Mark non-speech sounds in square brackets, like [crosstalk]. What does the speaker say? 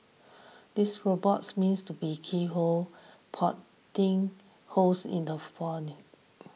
these robots meant to be keyhole [unintelligible] holes in the [unintelligible] body